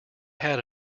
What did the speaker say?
had